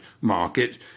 market